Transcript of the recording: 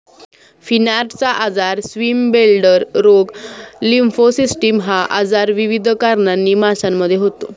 फिनार्टचा आजार, स्विमब्लेडर रोग, लिम्फोसिस्टिस हा आजार विविध कारणांनी माशांमध्ये होतो